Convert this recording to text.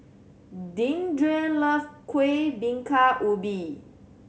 Deandre love Kueh Bingka Ubi